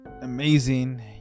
amazing